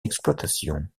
exploitation